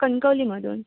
कणकवलीमधून